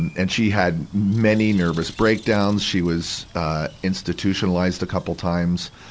and and she had many nervous breakdowns, she was, ah, institutionalized a couple times.